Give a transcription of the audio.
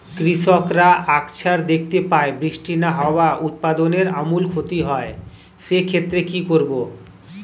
কৃষকরা আকছার দেখতে পায় বৃষ্টি না হওয়ায় উৎপাদনের আমূল ক্ষতি হয়, সে ক্ষেত্রে কি করব?